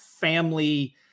family